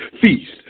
Feast